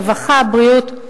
רווחה ובריאות.